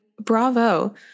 bravo